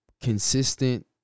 consistent